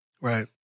Right